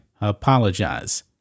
apologize